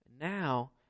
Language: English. Now